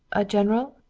a general?